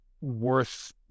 worth